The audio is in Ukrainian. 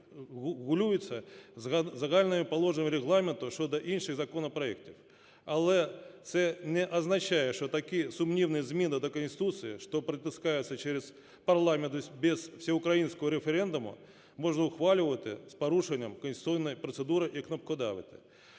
регулюється загальними положеннями Регламенту щодо інших законопроектів. Але це не означає, що такі сумнівні зміни до Конституції, що протаскуються через парламент без всеукраїнського референдуму, можна ухвалювати з порушенням конституційної процедури і "кнопкодавити".